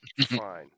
fine